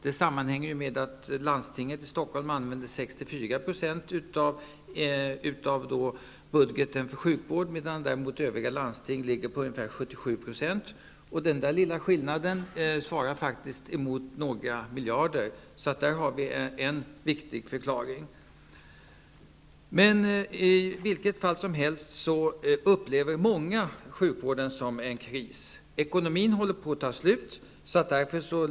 Det sammanhänger med att landstinget i Stockholm använder 64 %av budgeten för sjukvård, medan övriga landsting använder ungefär 77 %. Denna lilla skillnad motsvarar faktiskt några miljarder. Där har vi en viktig förklaring. Hur som helst upplever många att sjukvården är i kris. Ekonomin håller på att ta slut.